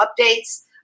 updates